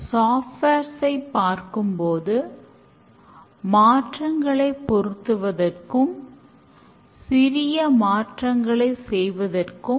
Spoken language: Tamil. கலெக்டிவ் ஓனர்சிப் என்பது எந்த ஒரு புரோகிராமரும் மற்றொரு புரோகிராமரின் codeஐ மாற்ற முடியும்